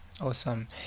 Awesome